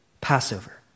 Passover